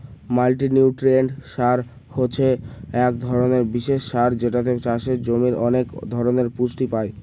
multinutrient সার হছে এক ধরনের বিশেষ সার যেটাতে চাষের জমির অনেক ধরনের পুষ্টি পাই